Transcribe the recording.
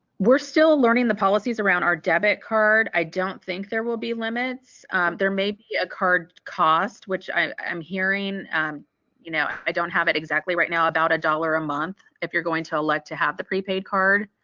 we're still learning the policies around our debit card i don't think there will be limits there may be a card cost which i'm i'm hearing you know and i don't have it exactly right now about a dollar a month if you're going to elect to have the prepaid card.